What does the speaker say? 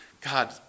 God